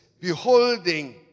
Beholding